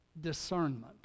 discernment